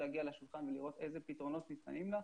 להגיע לשולחן ולראות איזה פתרונות ניתנים לה.